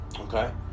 Okay